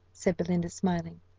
said belinda, smiling.